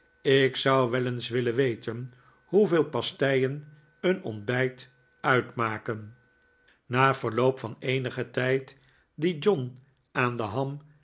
ik zou wel eens willen weten hoeveel pasteien een ontbijt uitmaken na verloop van eenigen tijd dien john aan de ham